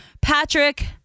Patrick